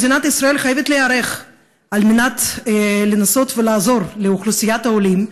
מדינת ישראל חייבת להיערך כדי לנסות לעזור לאוכלוסיית העולים,